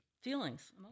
Feelings